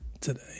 today